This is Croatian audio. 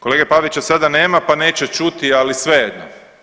Kolege Pavića sada nema, pa neće čuti, ali svejedno.